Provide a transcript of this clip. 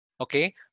Okay